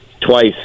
twice